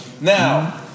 Now